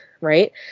Right